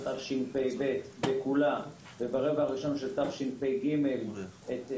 תשפ"ב וברבע הראשון של תשפ"ג את 2397,